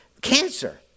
cancer